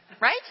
right